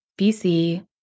BC